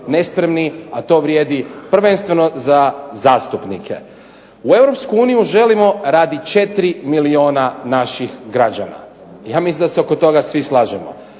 nespremni, a to vrijedi prvenstveno za zastupnike. U Europsku uniju želimo radi 4 milijuna naših građana. Ja mislim da se oko toga svi slažemo.